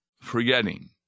forgetting